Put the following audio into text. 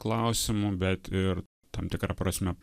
klausimu bet ir tam tikra prasme